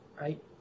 right